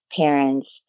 parents